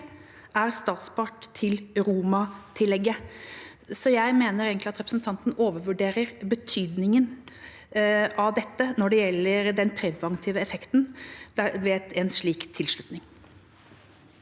er statspart til Roma-tillegget. Så jeg mener egentlig at representanten overvurderer betydningen av dette når det gjelder den preventive effekten ved en slik tilslutning.